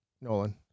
Nolan